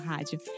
Rádio